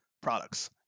products